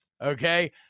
Okay